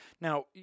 Now